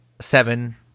Seven